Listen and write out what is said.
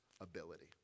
ability